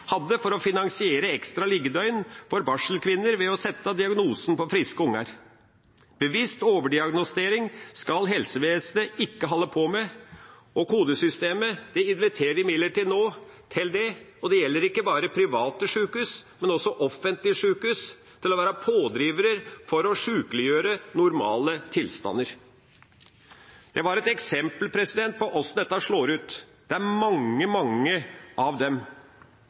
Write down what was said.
ekstra liggjedøgn for barselkvinner ved å setje diagnosar på friske ungar. Bevisst overdiagnostisering skal helsevesenet ikkje halde på med. Men kodesystemet inviterer no ikkje berre private sjukehus, men også offentlege sjukehus, til å vere pådrivarar for å sjukeliggjere normale tilstandar.» Det var et eksempel på hvordan dette slår ut. Det er mange, mange av